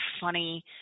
funny